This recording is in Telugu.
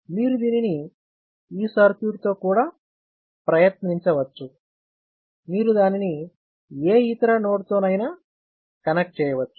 మీరు దీనిని ఈ సర్క్యూట్తో కూడా ప్రయత్నించవచ్చు మీరు దానిని ఏ ఇతర నోడ్తో నైనా కనెక్ట్ చేయవచ్చు